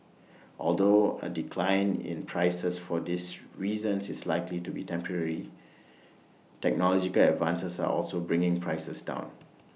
although A decline in prices for these reasons is likely to be temporary technological advances are also bringing prices down